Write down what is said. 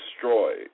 destroyed